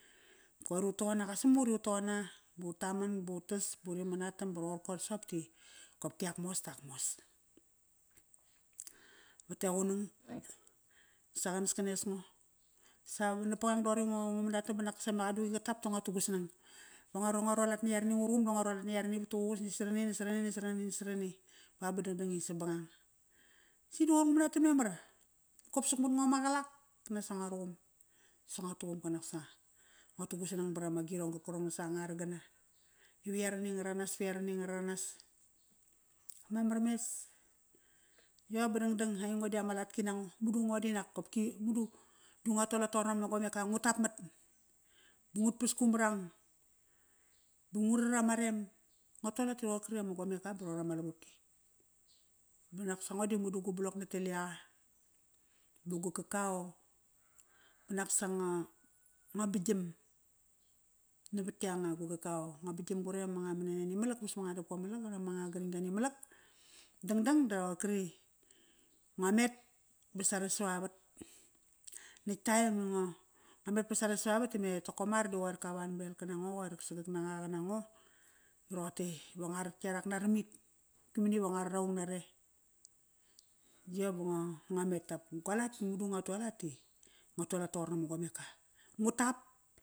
Qoir ut toqona, qa sam ut it ut toqona but taman, butas buri manatam ba roqorko soqop ti qopki ak mos tak mos. Vat e qunung sa qanaskanes ngo, sa napangang doqori i ngu, ngu manatam banak sa me qaduqi qa tap ta ngo tu gu sanang. Va ngo ru ngo rualat na yarani vatuququs na sa rani, na sa rani, na sa rani ba, ba dangdang i sabangang. Si di qoir ngu manatam memar. Qop suk mat ngo maqalak nasa ngo ruqum, sa ngua tuqum qanaksa ngo tu gu sanang parama girong qarkarong saqa ngararagana. I yarani ngaranas pa yarani ngaranas. Mamar mes, yo ba dangdang. Aingo di ama latki nango. Madu ngo di nak qopki madu, di ngua tualat toqor nama gomeka. Ngu tap mat. Ba ngut pas ku mrang. Ba ngu rat ama rem. Ngua tualat ta roqor kri ama gomek da roqorkri ama lavopki. Ba naksa ngo di madu go blok net e liaqa. Ba gu kakao naksa nga, nga bigam navat yanga gu kakao. Ngua bigam qure amanga manania nimalak, vus manga dopkomalak unaqa nga garinga nimalak. Dangdang da roqorkri ngua met ba sare sava vat. Natk time i ngo, ngo me ba sare sava vat time Tokomar di qoir ka wanbel kana ngo, qoir sagak naqa qana ngo ba roqote ive ngo rat yarak naramit. Ki maniva ngo rat aung nare. Yo ba ngua met dap gualat i madu ngua tualat ti ngo tualat toqor nama gomeka. Ngu tap.